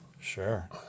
Sure